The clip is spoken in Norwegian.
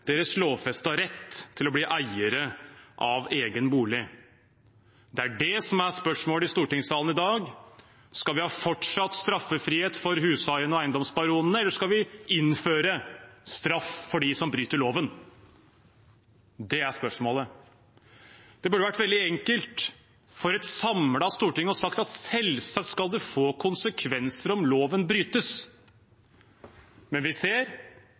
deres lovfestete rett til å bli eiere av egen bolig. Det er det som er spørsmålet i stortingssalen i dag: Skal vi ha fortsatt straffrihet for hushaiene og eiendomsbaronene, eller skal vi innføre straff for dem som bryter loven? Det er spørsmålet. Det burde vært veldig enkelt for et samlet storting å si at det selvsagt skal få konsekvenser om loven brytes, men vi ser